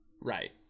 right